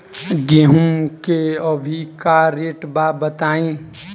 गेहूं के अभी का रेट बा बताई?